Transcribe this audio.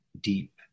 deep